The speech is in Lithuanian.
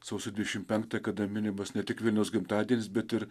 sausio dvidešim penktą kada minimas ne tik vilniaus gimtadienis bet ir